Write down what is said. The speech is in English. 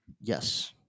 yes